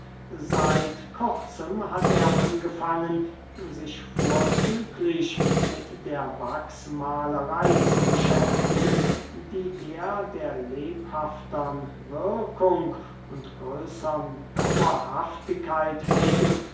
seit kurzem hat er angefangen sich vorzüglich mit der wachsmahlerey zu beschäftigen die er der lebhaftern wirkung und größern dauerhaftigkeit wegen